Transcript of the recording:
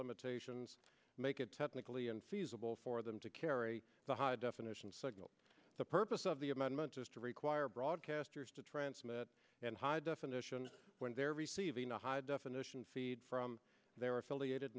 limitations make it technically unseasonable for them to carry the high definition signal the purpose of the amendment is to require broadcasters to transmit in high definition when they're receiving a high definition feed from their affiliated